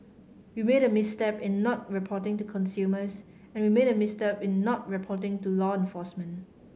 we made a misstep in not reporting to consumers and we made a misstep in not reporting to law enforcement